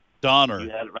Donner